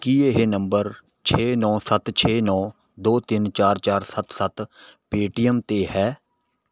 ਕੀ ਇਹ ਨੰਬਰ ਛੇ ਨੌ ਸੱਤ ਛੇ ਨੌ ਦੋ ਤਿੰਨ ਚਾਰ ਚਾਰ ਸੱਤ ਸੱਤ ਪੇਟੀਐੱਮ 'ਤੇ ਹੈ